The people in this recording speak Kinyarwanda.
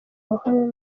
abahungu